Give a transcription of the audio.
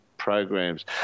Programs